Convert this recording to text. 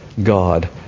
God